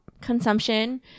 consumption